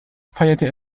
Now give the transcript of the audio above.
feierte